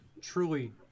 truly